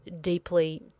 deeply